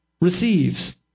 receives